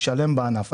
שלם בענף.